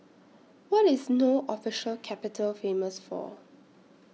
What IS No Official Capital Famous For